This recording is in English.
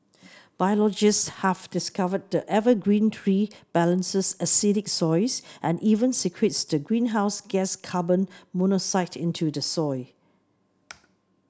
biologists have discovered the evergreen tree balances acidic soils and even secretes the greenhouse gas carbon monoxide into the soil